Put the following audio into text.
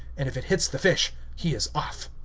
and if it hits the fish, he is off.